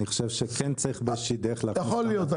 אני חושב שכן צריך באיזה שהיא דרך --- יכול להיות,